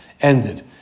ended